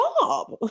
job